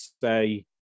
say